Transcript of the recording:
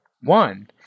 One